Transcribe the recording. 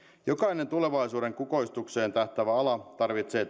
jokainen tulevaisuuden kukoistukseen tähtäävä ala tarvitsee